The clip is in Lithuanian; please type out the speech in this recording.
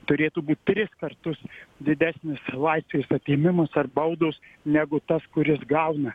turėtų būt tris kartus didesnis laisvės atėmimas ar baudos negu tas kuris gauna